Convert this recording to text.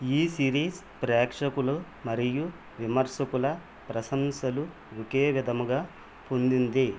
ఈ సిరీస్ ప్రేక్షకులు మరియు విమర్శకుల ప్రశంసలు ఒకే విధంగా పొందింది